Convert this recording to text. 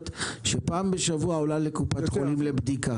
שפעם בשבוע עולה לקופת חולים לבדיקה.